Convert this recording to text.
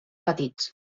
petits